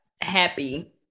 happy